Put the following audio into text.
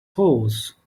horse